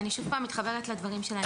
ואני שוב פעם מתחברת לדברים שלה,